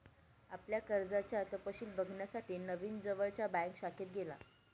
आपल्या कर्जाचे तपशिल बघण्यासाठी नवीन जवळच्या बँक शाखेत गेला